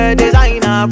designer